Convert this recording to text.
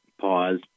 pause